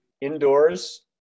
Indoors